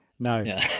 No